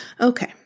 Okay